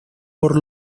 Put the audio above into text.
por